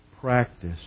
practice